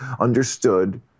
understood